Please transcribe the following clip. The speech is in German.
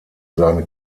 seine